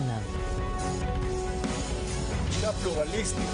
זו גישה פלורליסטית,